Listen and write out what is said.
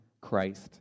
Christ